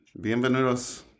Bienvenidos